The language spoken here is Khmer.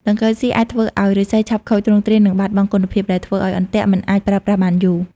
ដង្កូវស៊ីអាចធ្វើឲ្យឫស្សីឆាប់ខូចទ្រង់ទ្រាយនិងបាត់បង់គុណភាព ដែលធ្វើឲ្យអន្ទាក់មិនអាចប្រើប្រាស់បានយូរ។